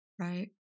Right